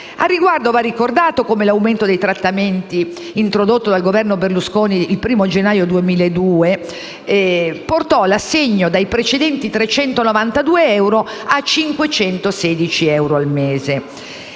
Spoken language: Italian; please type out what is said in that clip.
Al riguardo va ricordato come l'aumento dei trattamenti, introdotto dal Governo Berlusconi il 1° gennaio 2002, portò l'assegno dai precedenti 392 euro a 516 euro al mese.